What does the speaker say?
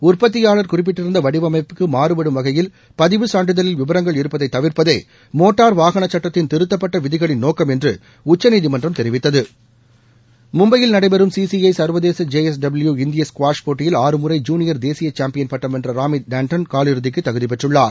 உற்பத்தியாளர் குறிப்பிட்டிருந்த வடிவமைப்புக்கு மாறுபடும் வகையில் பதிவுச் சான்றிதழில் விவரங்கள் இருப்பதை தவிா்ட்பதே மோட்டார் வாகனச் சுட்டத்தின் திருத்தப்பட்ட விதிகளின் நோக்கம் என்று உச்சநீதிமன்றம் தெரிவித்தது மும்பையில் நடைபெறும் சி சி ஐ சர்வதேச ஜே எஸ் டபுள்யு இந்திய ஸ்குவாஷ் போட்டியில் ஆறு முறை ஜூனியர் தேசிய சாம்பியன் பட்டம் வென்ற ராமித் டேண்டன் காலிறுதிக்கு தகுதி பெற்றுள்ளார்